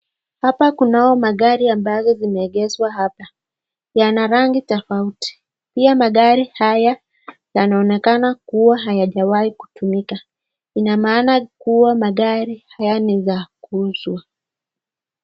Hapa kunao magari ambazo zimeegezwa hapa, yana rangi tofauti. Pia magari haya yanaonekana kuwa hayajawai kutumika. Ina maana kuwa magari haya ni za kuuzwa.